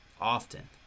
often